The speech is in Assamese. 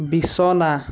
বিছনা